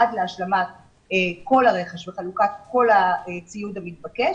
עד להשלמת כל הרכש וחלוקת כל הציוד המתבקש,